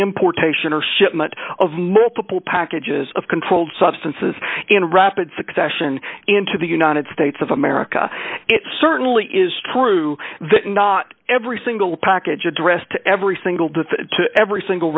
importation or shipment of multiple packages of controlled substances in rapid succession into the united states of america it certainly is true that not every single package addressed to every single death to every single